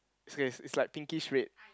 okay it's like pinkish red